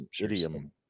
Idiom